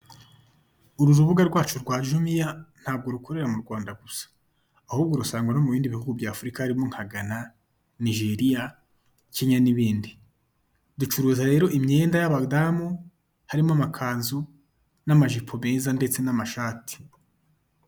Uru rubuga rwacu rwa jumiya ntabwo rukorera mu Rwanda gusa, ahubwo urusanga no mu bindi bihugu bya Afurika birimo nka Gana, Nijeriya , Kenya n'ibindi. Ducuruza rero imyenda y'abadamu harimo amakanzu, n'amajipo meza, ndetse n'amashati.